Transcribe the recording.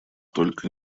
только